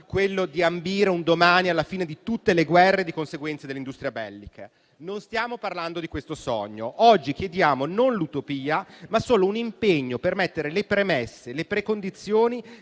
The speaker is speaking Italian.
quello di ambire un domani alla fine di tutte le guerre e, di conseguenza, delle industrie belliche, ma non stiamo parlando di questo sogno. Oggi chiediamo non l'utopia, ma solo un impegno per mettere le premesse e le precondizioni